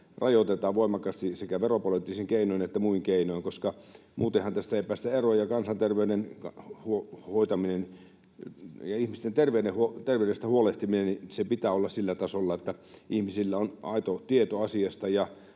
rajoitetaan voimakkaasti sekä veropoliittisin keinoin että muin keinoin, koska muutenhan tästä ei päästä eroon. Kansanterveyden hoitamisen ja ihmisten terveydestä huolehtimisen pitää olla sillä tasolla, että ihmisillä on aito tieto asiasta